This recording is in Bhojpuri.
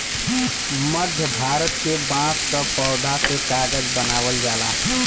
मध्य भारत के बांस क पौधा से कागज बनावल जाला